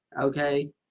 okay